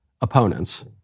opponents